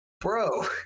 bro